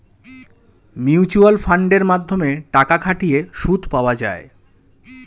mutual ফান্ডের মাধ্যমে টাকা খাটিয়ে সুদ পাওয়া যায়